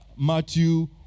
Matthew